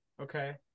Okay